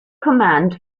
command